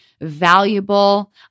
valuable